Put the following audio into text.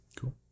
Cool